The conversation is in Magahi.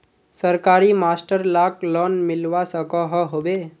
सरकारी मास्टर लाक लोन मिलवा सकोहो होबे?